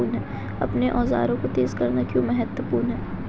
अपने औजारों को तेज करना क्यों महत्वपूर्ण है?